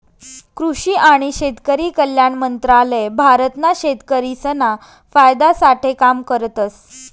कृषि आणि शेतकरी कल्याण मंत्रालय भारत ना शेतकरिसना फायदा साठे काम करतस